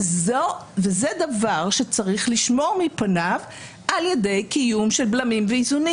וזה דבר שצריך לשמור מפניו על ידי קיום של בלמים ואיזונים.